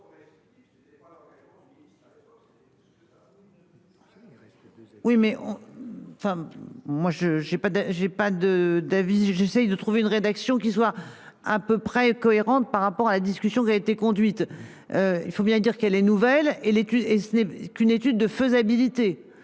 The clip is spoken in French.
de avis j'essaie de trouver une rédaction qui soit à peu près cohérente par rapport à la discussion qui a été conduite. Il faut bien dire qu'elle est nouvelle et l'étude et ce n'est qu'une étude de faisabilité.